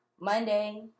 Monday